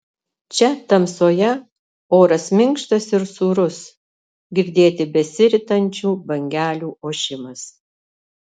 čia tamsoje oras minkštas ir sūrus girdėti besiritančių bangelių ošimas